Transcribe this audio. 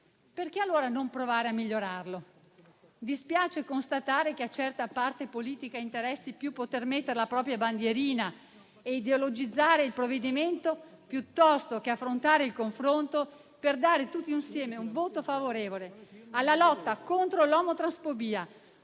Perché, allora, non provare a migliorarlo? Dispiace constatare che a certa parte politica interessi più poter mettere la propria bandierina e ideologizzare il provvedimento, piuttosto che affrontare il confronto per dare, tutti insieme, un voto favorevole alla lotta contro l'omotransfobia;